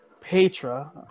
Petra